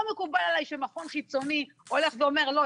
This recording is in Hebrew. לא מקובל עליי שמכון חיצוני הולך ואומר: "לא.